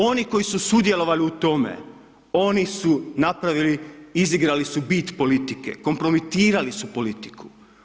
Oni koji su sudjelovali u tome, oni su napravili, izigrali su bit politike, kompromitirali su politiku.